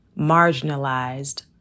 marginalized